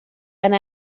and